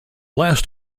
last